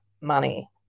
money